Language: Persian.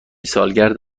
سالگرد